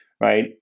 right